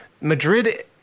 Madrid